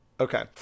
okay